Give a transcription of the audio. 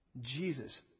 Jesus